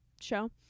show